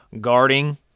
guarding